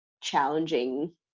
challenging